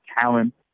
talent